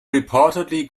reportedly